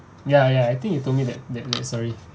ya ya I think you told me that that sorry